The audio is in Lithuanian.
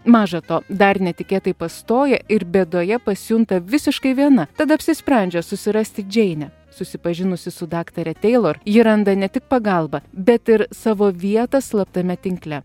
maža to dar netikėtai pastoja ir bėdoje pasijunta visiškai viena tad apsisprendžia susirasti džeinę susipažinusi su daktare teilor ji randa ne tik pagalbą bet ir savo vietą slaptame tinkle